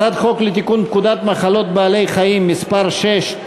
הצעת חוק לתיקון פקודת מחלות בעלי-חיים (מס' 6),